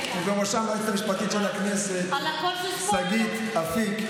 ובראשו היועצת המשפטית של הכנסת שגית אפיק.